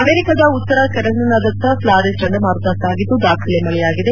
ಅಮೆರಿಕಾದ ಉತ್ತರ ಕರೋಲಿನಾದತ್ತ ಫ್ಲಾರೆನ್ಸ್ ಚಂಡಮಾರುತ ಸಾಗಿದ್ದು ದಾಖಲೆ ಮಳೆಯಾಗಿದೆ